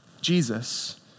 Jesus